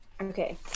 Okay